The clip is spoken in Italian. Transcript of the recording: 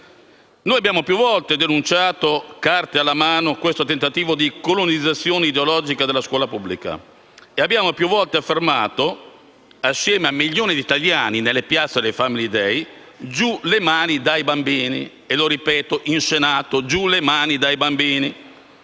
Noi abbiamo più volte denunciato, carte alla mano, il tentativo di colonizzazione ideologica della scuola pubblica e abbiamo più volte affermato, assieme a milioni di italiani nelle piazze del *family day*: «Giù le mani dai bambini». E ripeto in Senato: «Giù le mani dai bambini».